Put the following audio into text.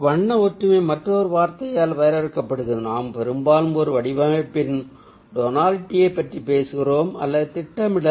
வண்ண ஒற்றுமை மற்றொரு வார்த்தையால் வரையறுக்கப்படுகிறது நாம் பெரும்பாலும் ஒரு வடிவமைப்பின் டோனாலிட்டியை பற்றி பேசுகிறோம் அல்லது திட்டமிடல்